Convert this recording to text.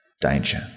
danger